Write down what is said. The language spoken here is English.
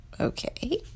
okay